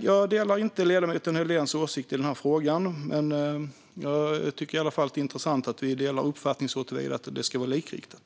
Jag delar inte ledamoten Helldéns åsikt i den här frågan. Jag tycker i alla fall att det är intressant att vi delar uppfattning såtillvida att det ska vara likriktat.